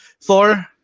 Thor